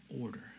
order